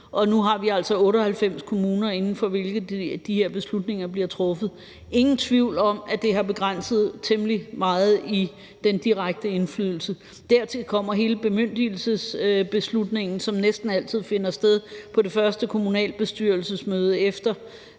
nu har vi altså 98 kommuner, inden for hvilke de her beslutninger bliver truffet. Der er ingen tvivl om, at det har begrænset temmelig meget i den direkte indflydelse. Dertil kommer hele bemyndigelsesbeslutningen, som næsten altid finder sted på det første kommunalbestyrelsesmøde efter